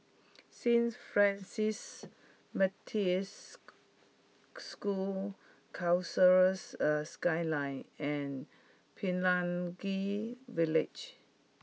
Saint Francis materia School Concourse Skyline and Pelangi Village